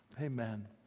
Amen